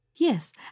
yes